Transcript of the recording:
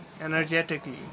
Energetically